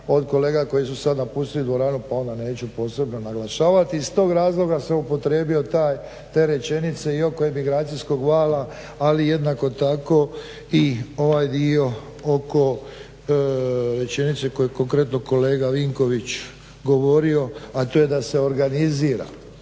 od kolega koji su sad napustili dvoranu pa onda neću posebno naglašavati. I iz tog razloga sam upotrijebio te rečenice i oko emigracijskog vala, ali jednako tako i ovaj dio oko rečenice koju je konkretno kolega Vinković govorio, a to je da se organizira